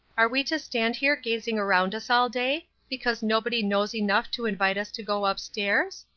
are we to stand here gazing around us all day, because nobody knows enough to invite us to go up-stairs?